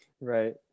right